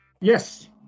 Yes